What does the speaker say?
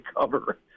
cover